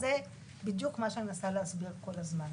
שהיה שר המודיעין,